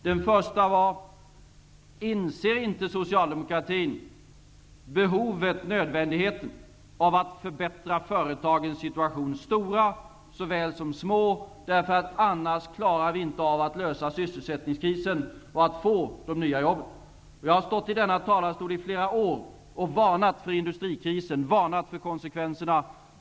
Den första var: Inser inte socialdemokratin nödvändigheten av att förbättra såväl stora som små företags situation? Annars klarar vi inte av att lösa sysselsättningskrisen och att få fram de nya jobben. Jag har stått i denna talarstol i flera år och varnat för industrikrisen, varnat för konsekvenserna.